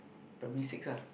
primary six ah